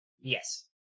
Yes